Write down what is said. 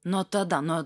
nuo tada nuo